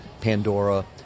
Pandora